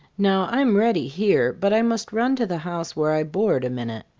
now i am ready, here but i must run to the house where i board a minute.